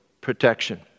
protection